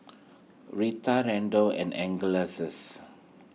Reta Randall and Angeleses